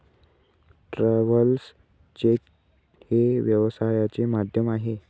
traveller cheque हे व्यवहाराचे माध्यम आहे